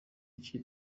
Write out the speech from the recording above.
icyo